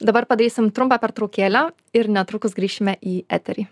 dabar padarysim trumpą pertraukėlę ir netrukus grįšime į eterį